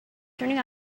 turning